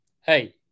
hey